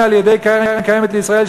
והן על-ידי הקרן הקיימת לישראל,